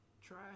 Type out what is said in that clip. try